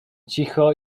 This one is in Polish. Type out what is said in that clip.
cicho